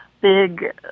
big